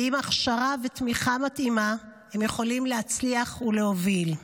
ועם הכשרה ותמיכה מתאימה הם יכולים להצליח ולהוביל.